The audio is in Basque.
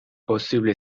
posible